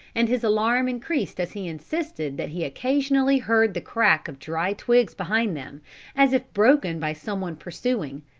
and his alarm increased as he insisted that he occasionally heard the crack of dry twigs behind them, as if broken by some one pursueing.